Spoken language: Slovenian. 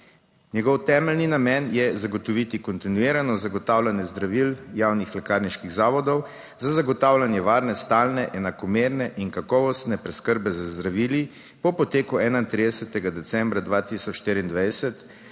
Njegov temeljni namen je zagotoviti kontinuirano zagotavljanje zdravil javnih lekarniških zavodov za zagotavljanje varne, stalne, enakomerne in kakovostne preskrbe z zdravili po poteku 31. decembra 2024,